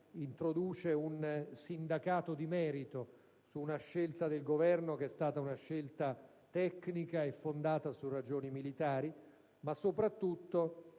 introduce un sindacato di merito su una scelta del Governo che è stata tecnica e fondata su ragioni militari. Ma soprattutto,